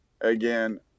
again